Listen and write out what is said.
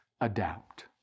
adapt